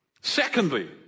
secondly